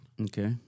Okay